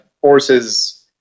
forces